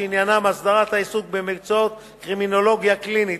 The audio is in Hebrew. שעניינם הסדרת העיסוק במקצועות קרימינולוגיה קלינית,